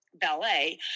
ballet